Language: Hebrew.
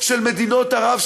של מדינות ערב,